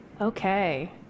Okay